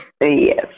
Yes